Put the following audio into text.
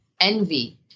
envy